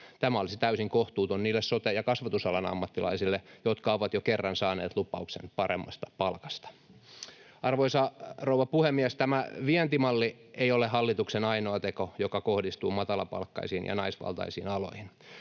Tämä olisi täysin kohtuutonta niille sote- ja kasvatusalan ammattilaisille, jotka ovat jo kerran saaneet lupauksen paremmasta palkasta. Arvoisa rouva puhemies! Tämä vientimalli ei ole hallituksen ainoa teko, joka kohdistuu matalapalkkaisiin ja naisvaltaisiin aloihin.